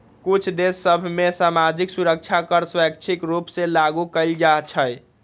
कुछ देश सभ में सामाजिक सुरक्षा कर स्वैच्छिक रूप से लागू कएल जाइ छइ